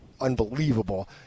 unbelievable